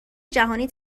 جهانی